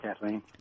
Kathleen